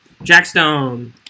Jackstone